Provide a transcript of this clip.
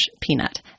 Peanut